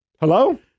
Hello